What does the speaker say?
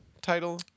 title